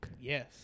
Yes